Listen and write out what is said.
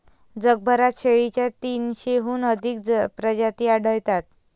जगभरात शेळीच्या तीनशेहून अधिक प्रजाती आढळतात